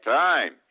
time